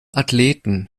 athleten